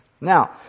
Now